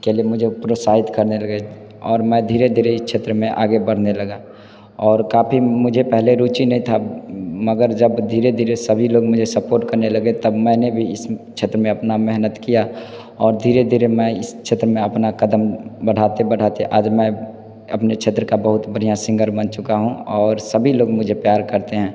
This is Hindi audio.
के लिए मुझे प्रोत्साहित करने लगे और मैं धीरे धीरे इस क्षेत्र में आगे बढ़ने लगा और काफ़ी मुझे पहले रुचि नहीं था मगर जब धीरे धीरे सभी लोग मुझे सपोर्ट करने लगे तब मैंने भी इस क्षेत्र में अपना मेहनत किया और धीरे धीरे मैं इस क्षेत्र में अपना कदम बढ़ाते बढ़ाते आज मैं अपने क्षेत्र का बहुत बढ़ियाँ सिंगर बन चुका हूँ और सभी लोग मुझे प्यार करते हैं